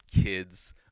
kids